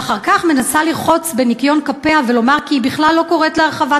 ואחר כך מנסה לרחוץ בניקיון כפיה ולומר שהיא בכלל לא קוראת להרחבת